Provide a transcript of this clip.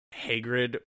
Hagrid